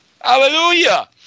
Hallelujah